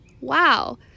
wow